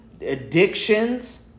addictions